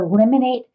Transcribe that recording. eliminate